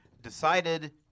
Decided